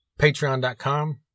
Patreon.com